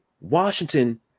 Washington